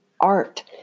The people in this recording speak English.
art